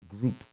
group